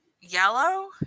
Yellow